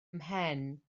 mhen